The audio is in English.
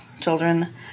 children